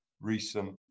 recent